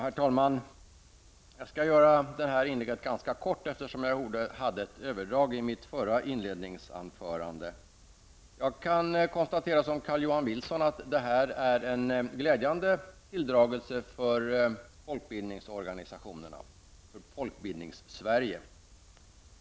Herr talman! Jag skall göra det här inlägget ganska kort, eftersom jag hade ett överdrag i mitt förra inledningsanförande. Jag konstaterar som Carl-Johan Wilson att det beslut riksdagen kommer att fatta är en glädjande tilldragelse för folkbildningsorganisationerna, för Folkbildningssverige.